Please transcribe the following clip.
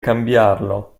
cambiarlo